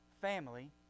family